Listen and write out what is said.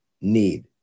need